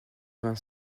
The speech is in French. vingt